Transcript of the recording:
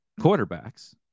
quarterbacks